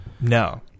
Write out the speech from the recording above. No